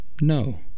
No